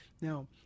Now